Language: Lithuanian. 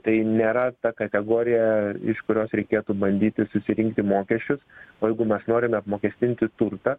tai nėra ta kategorija iš kurios reikėtų bandyti susirinkti mokesčius o jeigu mes norime apmokestinti turtą